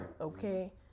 Okay